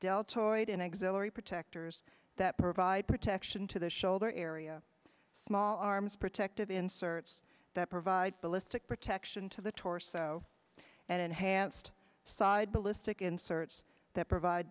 deltoid and exhilarate protectors that provide protection to the shoulder area small arms protective inserts that provide ballistic protection to the torso and enhanced side ballistic inserts that provide